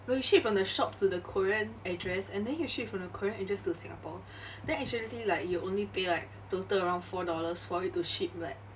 no you ship from the shop to the korean address and then you ship from the korean address to singapore then actually like you only pay like total around four dollars for it to ship leh